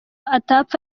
atapfa